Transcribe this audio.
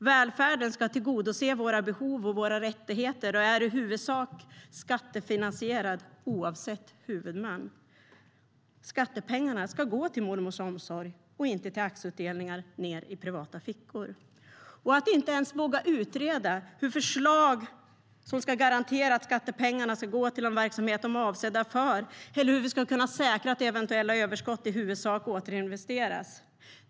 Välfärden ska tillgodose våra behov och rättigheter och är i huvudsak skattefinansierad, oavsett huvudman. Skattepengarna ska gå till mormors omsorg och inte till aktieutdelningar ned i privata fickor. Man vågar inte ens utreda ett förslag som ska garantera att skattepengarna ska gå till den verksamhet de är avsedda för och att vi kan säkra att eventuella överskott i huvudsak ska återinvesteras.